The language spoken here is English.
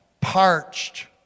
parched